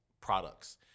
products